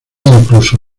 incluso